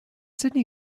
sydney